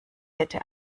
hätte